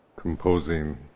composing